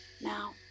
Now